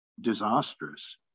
disastrous